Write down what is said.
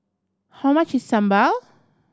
how much is sambal